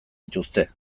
dituzte